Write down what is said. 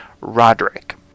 Roderick